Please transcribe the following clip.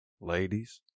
ladies